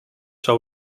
zou